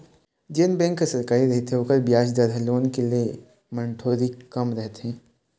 जेन बेंक ह सरकारी रहिथे ओखर बियाज दर ह लोन के ले म थोरीक कमती रथे